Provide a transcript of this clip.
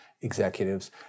executives